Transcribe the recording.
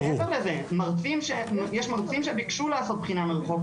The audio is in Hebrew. מעבר לזה, יש מרצים שביקשו לעשות בחינה מרחוק.